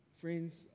Friends